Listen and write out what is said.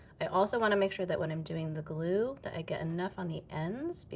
i also want to make sure that when i'm doing the glue that i get enough on the ends, but